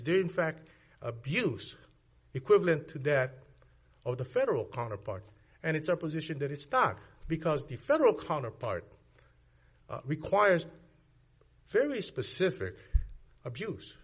day in fact abuse equivalent to that of the federal counterparts and it's our position that it's not because the federal counterpart requires very specific abuse